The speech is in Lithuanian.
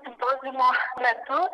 simpoziumo metu